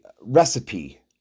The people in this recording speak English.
recipe